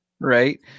Right